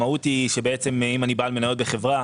המהות היא שאם אני בעל מניות בחברה